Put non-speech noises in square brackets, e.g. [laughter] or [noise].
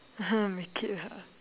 [laughs] make it up